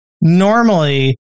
normally